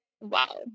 wow